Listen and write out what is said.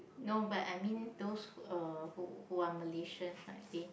no but I mean those uh who who are Malaysians right they